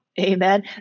Amen